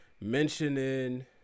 mentioning